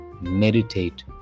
meditate